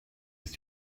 ist